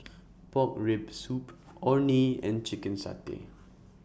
Pork Rib Soup Orh Nee and Chicken Satay